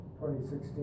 2016